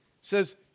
says